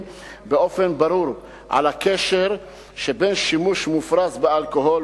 באופן ברור על הקשר שבין שימוש מופרז באלכוהול